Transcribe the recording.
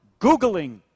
Googling